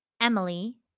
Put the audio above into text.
Emily